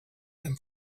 than